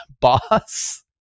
boss